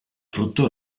frutto